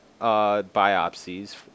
biopsies